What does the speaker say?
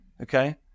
okay